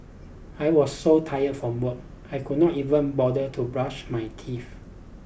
I was so tired from work I could not even bother to brush my teeth